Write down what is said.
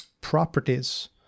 properties